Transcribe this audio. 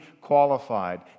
qualified